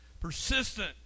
Persistent